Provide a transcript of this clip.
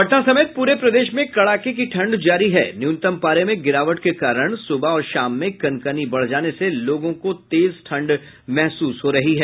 पटना समेत पूरे प्रदेश में कड़ाके की ठंड जारी है न्यूनतम पारे में गिरावट के कारण सुबह और शाम में कनकनी बढ़ जाने से लोगों को तेज ठंड महसूस हो रही है